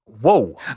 Whoa